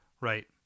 right